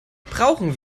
brauchen